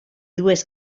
dues